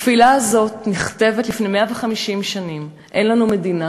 התפילה הזאת נכתבת לפי 150 שנים, אין לנו מדינה.